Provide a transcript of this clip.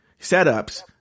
setups